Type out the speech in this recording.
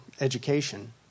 education